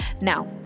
Now